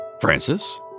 Francis